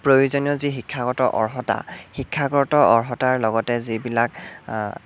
প্ৰয়োজনীয় যি শিক্ষাগত অৰ্হতা শিক্ষাগত অৰ্হতাৰ লগতে যিবিলাক